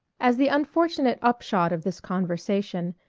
as the unfortunate upshot of this conversation,